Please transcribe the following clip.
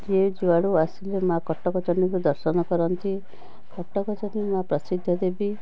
ଯିଏ ଯୁଆଡ଼ୁ ଆସିଲେ ମାଁ କଟକଚଣ୍ଡୀଙ୍କୁ ଦର୍ଶନ କରନ୍ତି କଟକଚଣ୍ଡୀ ମାଁ ପ୍ରସିଦ୍ଧଦେବୀ